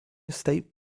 state